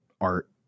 art